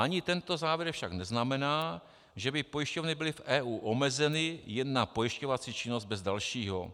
Ani tento závěr však neznamená, že by pojišťovny byly v EU omezeny jen na pojišťovací činnost bez dalšího.